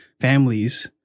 families